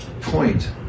point